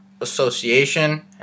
Association